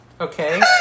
Okay